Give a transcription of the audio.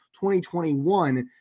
2021